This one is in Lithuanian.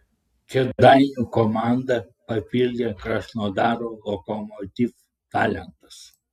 kėdainių komandą papildė krasnodaro lokomotiv talentas